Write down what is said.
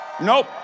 Nope